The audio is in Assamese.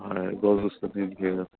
হয় গছ গছনিৰো ধেৰ আছে